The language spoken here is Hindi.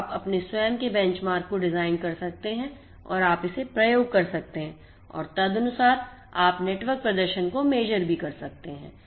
तो आप अपने स्वयं के बेंचमार्क को डिज़ाइन कर सकते हैं और आप इसे प्रयोग कर सकते हैं और तदनुसार आप नेटवर्क प्रदर्शन को measure करसकते हैं